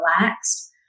relaxed